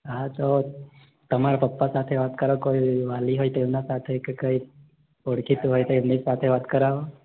હા તો તમારા પપ્પા સાથે વાત કરાવો કોઇ વાલી હોય તેમના સાથે તે કંઈક ઓળખીતું હોય તેમની સાથે વાત કરાવો